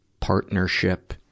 partnership